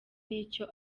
n’icyo